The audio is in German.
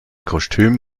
kostüm